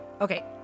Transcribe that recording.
Okay